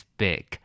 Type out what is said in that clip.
big